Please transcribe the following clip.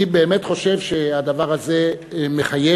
אני באמת חושב שהדבר הזה מחייב,